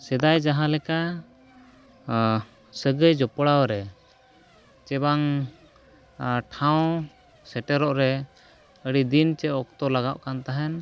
ᱥᱮᱫᱟᱭ ᱡᱟᱦᱟᱸᱞᱮᱠᱟ ᱥᱟᱹᱜᱟᱹᱭ ᱡᱚᱯᱲᱟᱣ ᱨᱮ ᱥᱮ ᱵᱟᱝ ᱴᱷᱟᱶ ᱥᱮᱴᱮᱨᱚᱜ ᱨᱮ ᱟᱹᱰᱤᱫᱤᱱ ᱥᱮ ᱚᱠᱛᱚ ᱞᱟᱜᱟᱜ ᱠᱟᱱ ᱛᱟᱦᱮᱱ